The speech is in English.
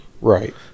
right